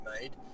made